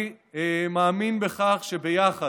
אני מאמין בכך שביחד,